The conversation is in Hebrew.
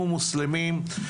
כן.